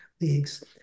leagues